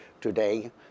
today